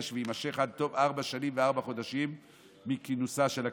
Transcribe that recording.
ויימשך עד תום ארבע שנים וארבעה חודשים מכינוסה של הכנסת.